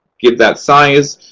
give that size.